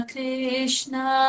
Krishna